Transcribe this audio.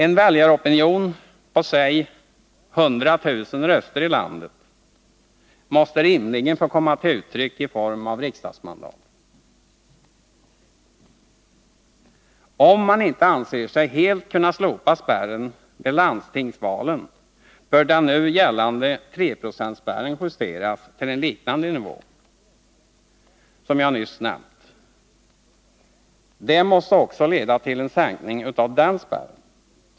En väljaropinion på låt oss säga 100 000 röster i landet måste rimligen få komma till uttryck i form av riksdagsmandat. Om man inte anser sig helt kunna slopa spärren vid landstingsvalen bör den nu gällande spärren på 3 26 justeras till en lägre nivå.